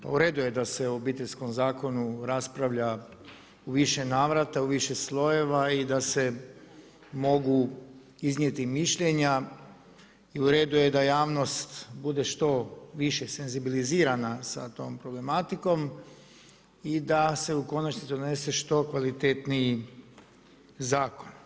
Pa u redu je da se o Obiteljskom zakonu raspravlja u više navrata, u više slojeva i da se mogu iznijeti mišljenja i u redu je da javnost bude što više senzibilizirana sa tom problematikom i da se u konačnici donese što kvalitetniji zakon.